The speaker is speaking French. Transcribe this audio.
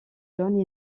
jaunes